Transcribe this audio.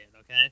okay